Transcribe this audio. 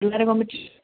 competition